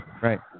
right